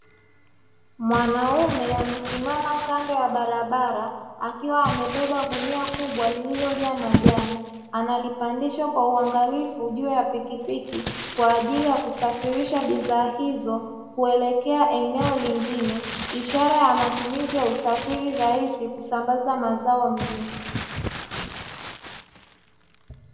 Mwanaume amesimama kando ya barabara, akiwa amebeba gunia kubwa lililojaa majani. Analipandisha kwa uangalifu juu ya pikipiki kwa ajili ya kusafirisha bidhaa hizo kuelekea eneo lingine, ishara ya matumizi ya usafiri rahisi kusambaza mazao mjini.